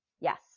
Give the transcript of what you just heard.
Yes